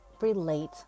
relate